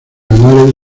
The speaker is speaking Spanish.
anales